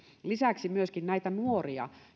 lisäksi on myöskin näitä nuoria